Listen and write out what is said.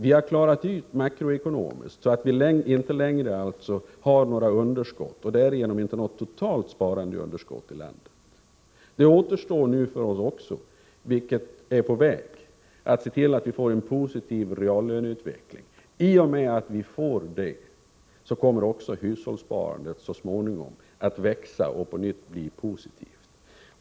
Vi har klarat situationen, makroekonomiskt, så att vi inte längre har något totalt sparandeunderskott i landet. Det återstår för oss nu, vilket är på väg, att se till att vi får en positiv reallöneutveckling. I och med att vi får det kommer också hushållssparandet så småningom att växa och på nytt bli positivt.